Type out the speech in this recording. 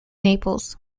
naples